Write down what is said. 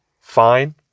fine